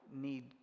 need